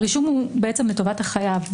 הרישום הוא לטובת החייב.